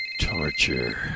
torture